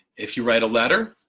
if you write a letter,